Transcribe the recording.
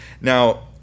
Now